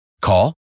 Call